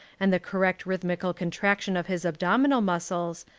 and the correct rhythmical contraction of his abdominal muscles,